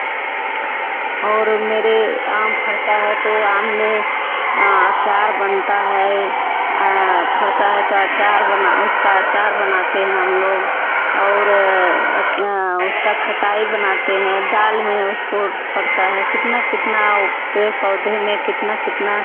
और मेरे आम फलता है तो आम में अचार बनता है फलता है तो अचार बना उसका अचार बनाते हैं हम लोग और अचा उसका खटाई बनाते हैं दाल में उसको पड़ता है कितना कितना वह पेड़ पौधे में कितना कितना